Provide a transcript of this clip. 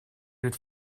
would